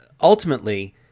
ultimately